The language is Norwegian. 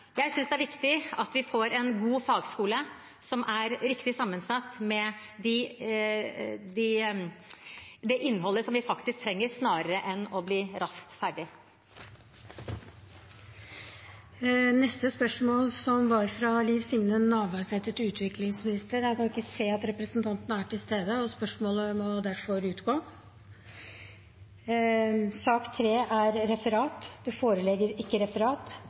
Jeg syns det er viktig at vi får en god fagskole som er riktig sammensatt med det innholdet vi faktisk trenger, snarere enn å bli raskt ferdig. Dette spørsmålet må utgå, da jeg ikke kan se at representanten er til stede.